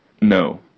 No